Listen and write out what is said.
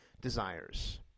desires